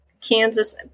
Kansas